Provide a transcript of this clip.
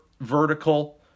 vertical